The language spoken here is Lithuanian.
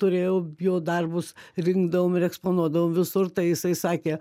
turėjau jo darbus rinkdavom ir eksponuodavom visur tai jisai sakė